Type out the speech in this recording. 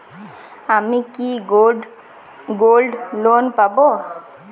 আমি কি gold loan পাবো?